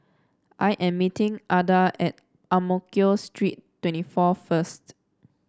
I am meeting Adah at Ang Mo Kio Street twenty four first